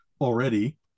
already